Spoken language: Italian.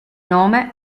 nome